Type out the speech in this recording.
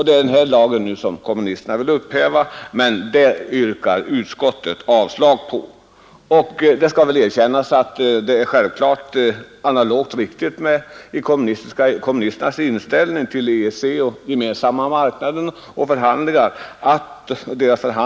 Kommunisterna vill upphäva den lagen, men utskottet yrkar avslag på deras förslag. Det skall erkännas att kommunisternas förslag är analogt med deras inställning till EEC, Romfördraget och fria kapitalrörelser.